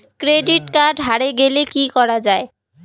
Credit card হারে গেলে কি করা য়ায়?